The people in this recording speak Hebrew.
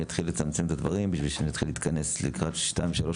יתחיל לצמצם את הדברים בשביל שנתחיל להתכנס לקראת שתיים-שלוש